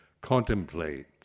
contemplate